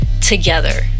together